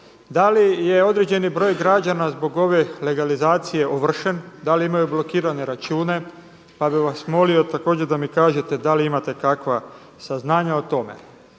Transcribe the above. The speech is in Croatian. da li je određeni broj građana zbog ove legalizacije ovršen, da li imaju blokirane račune pa bih vas molio također da mi kažete da li imate kakva saznanja o tome.